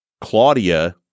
claudia